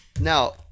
now